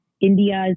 India's